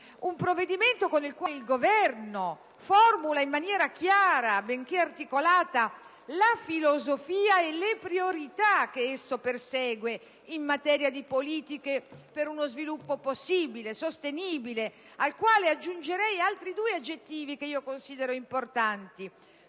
un provvedimento mediante il quale il Governo formula in maniera chiara, benché articolata, la filosofia e le priorità che esso persegue in materia di politiche per uno sviluppo possibile, sostenibile, ed io aggiungerei altri due aggettivi, che considero importanti: